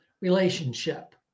relationship